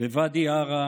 בוואדי עארה